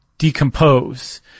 decompose